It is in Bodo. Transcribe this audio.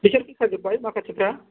बिसोर फैखाजोब्बाय माखासेफ्रा